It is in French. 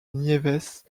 niévès